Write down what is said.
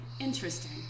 interesting